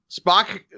Spock